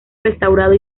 restaurado